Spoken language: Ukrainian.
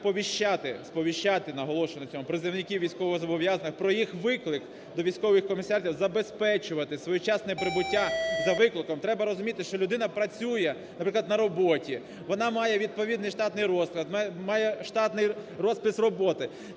сповіщати, наголошую на цьому, призовників військовозобов'язаних про їх виклик до військових комісаріатів, забезпечувати своєчасне прибуття за викликом. Треба розуміти, що людина працює, наприклад, на роботі, вона має відповідний штатний розклад,